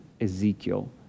Ezekiel